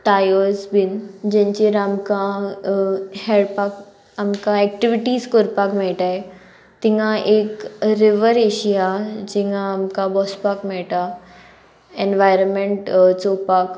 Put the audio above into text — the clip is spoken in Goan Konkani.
टायर्स बीन जेंचेर आमकां हेडपाक आमकां एक्टिविटीज कोरपाक मेळटाय तिंगा एक रिवर एशिया जिंगा आमकां बसपाक मेळटा एनवायरमेंट चोवपाक